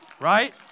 Right